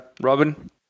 Robin